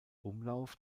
umlauf